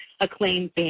acclaimed